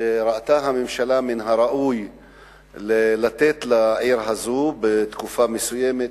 שהממשלה ראתה שמן הראוי לתת לעיר הזאת בתקופה מסוימת,